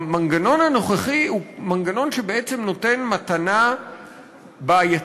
המנגנון הנוכחי הוא מנגנון שבעצם נותן מתנה בעייתית.